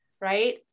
Right